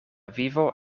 vivo